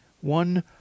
one